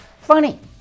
Funny